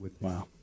Wow